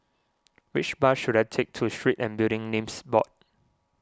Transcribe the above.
which bus should I take to Street and Building Names Board